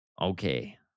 okay